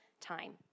time